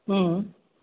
हम्म